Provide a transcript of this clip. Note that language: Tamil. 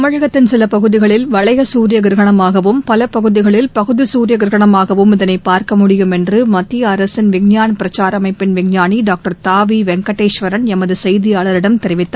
தமிழகத்தின் சில பகுதிகளில் வளைய சூரிய கிரகணமாகவும் பல பகுதிகளில் பகுதி சூரிய கிரகணமாகவும் இதனை பார்க்க முடியும் என்று மத்திய அரசின் விஞ்ஞான் பிரக்சார் அமைப்பின் விஞ்ஞானி டாக்டர் த வி வெங்டேஸ்வரன் எமது செய்தியாளரிடம் தெரிவித்தார்